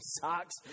socks